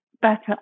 better